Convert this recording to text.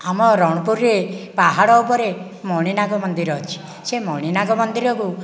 ଆମ ରଣପୁରରେ ପାହାଡ଼ ଉପରେ ମଣିନାଗ ମନ୍ଦିର ଅଛି ସେ ମଣିନଗ ମନ୍ଦିରକୁ